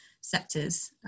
sectors